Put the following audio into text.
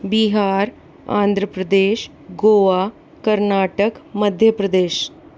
Bihar Andhra Pradesh Goa Karnataka Madhya Pradesh